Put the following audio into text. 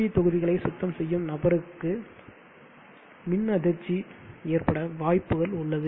we தொகுதிகளை சுத்தம் செய்யும் நபருக்கு மின் அதிர்ச்சி ஏற்பட வாய்ப்புகள் உள்ளது